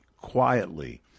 quietly